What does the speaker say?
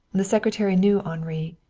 the secretary knew henri.